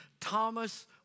Thomas